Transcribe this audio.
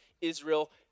Israel